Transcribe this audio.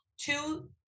Two